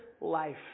life